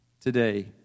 today